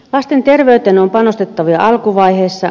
lasten terveyteen on panostettava jo alkuvaiheessa